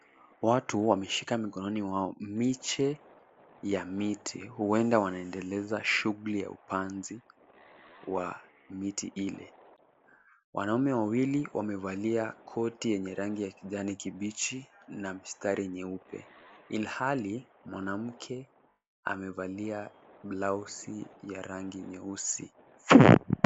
Watu wameshika mikononi wao miche ya miti huenda wanaendeleza shughuli ya upanzi wa miti ile. Wanaume wawili wamevalia koti yenye rangi ya kijani kibichi na mistari nyeupe ilhali mwanamke amevalia blausi ya rangi nyeusi.